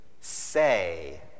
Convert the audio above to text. Say